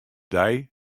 dei